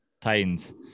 Titans